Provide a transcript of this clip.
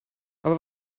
aber